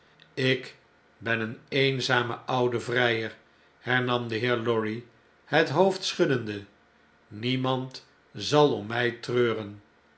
ik ben een eenzame oude vrjjer hernam de heer lorry het hoofd schuddende niemand zal om mjj treuren